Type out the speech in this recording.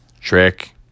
Trick